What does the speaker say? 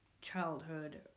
childhood